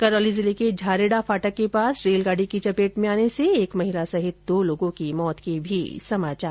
करौली जिले के झारेडा फाटक के पास रेलगाडी की चपेट में आने से एक महिला सहित दो लोगों की मौत हो गई